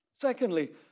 Secondly